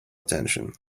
attention